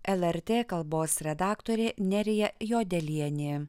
lrt kalbos redaktorė nerija juodelienė